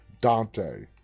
dante